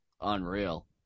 unreal